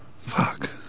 Fuck